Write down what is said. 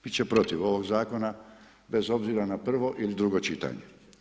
Biti će protiv ovog zakona, bez obzira na prvo ili drugo čitanje.